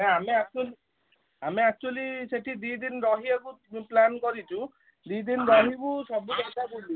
ଏ ଆମେ ଆକ୍ଚୁଆଲି ଆମେ ଆକ୍ଚୁଆଲି ସେଠି ଦୁଇ ଦିନ ରହିବାକୁ ପ୍ଲାନ୍ କରିଛୁ ଦୁଇ ଦିନ ରହିବୁ ସବୁ ଜାଗା ବୁଲିବୁ